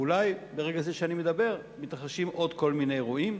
אולי ברגע הזה שאני מדבר מתרחשים עוד כמה אירועים.